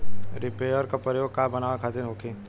Reaper का प्रयोग का बनावे खातिन होखि?